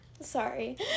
sorry